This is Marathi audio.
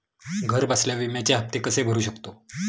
घरबसल्या विम्याचे हफ्ते कसे भरू शकतो?